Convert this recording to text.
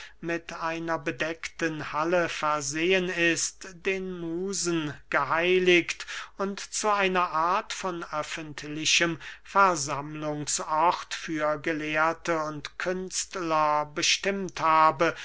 mit einer bedeckten halle versehen ist den musen geheiligt und zu einer art von öffentlichem versammlungsort für gelehrte und künstler bestimmt habe